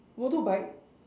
motorbike